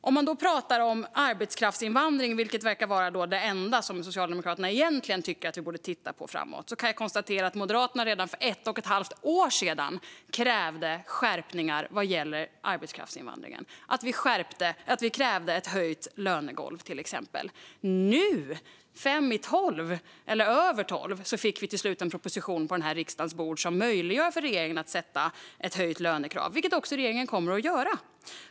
När det gäller arbetskraftsinvandring, vilket verkar vara det enda som Socialdemokraterna tycker att vi ska titta på framöver, kan jag konstatera att Moderaterna redan för ett och ett halvt år sedan krävde skärpningar vad gäller arbetskraftsinvandringen, till exempel ett höjt lönegolv. Nu, fem över tolv, fick vi till slut en proposition på riksdagens bord som möjliggör för regeringen att sätta ett höjt lönekrav, vilket regeringen också kommer att göra.